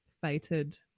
fated